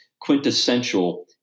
quintessential